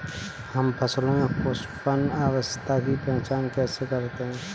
हम फसलों में पुष्पन अवस्था की पहचान कैसे करते हैं?